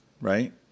right